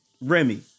Remy